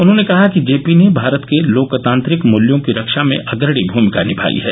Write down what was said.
उन्होंने कहा कि जेपी ने भारत के लोकतांत्रिक मूल्यों की रक्षा में अग्रणी भूमिका निभाई है